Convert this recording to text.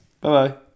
Bye-bye